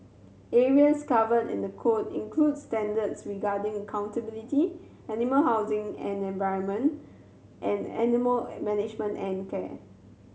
areas covered in the code include standards regarding animal housing and environment and animal management and care